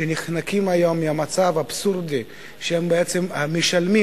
שנחנקים היום ממצב אבסורדי שהם בעצם המשלמים,